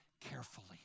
carefully